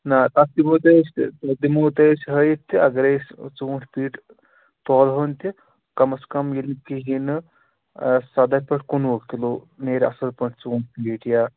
نہٕ تَتھ دِمو أسۍ تَتھ دِمو أسۍ ہاوِتھ کہِ اگرے أسۍ ژوٗنٛٹھۍ پیٖٹۍ تولہٕ ہون تہِ کم اَز کم ییٚلہِ یہِ کہیٖنٛۍ نہٕ سداہ پیٚٹھٕ کُنوُہ کِلوٗ نیرِ اصٕل پٲٹھۍ ژوٗنٹھۍ پیٖٹۍ یا